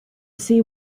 see